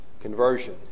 conversion